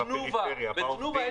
בפריפריה --- בתנובה,